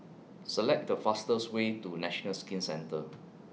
Select The fastest Way to National Skin Centre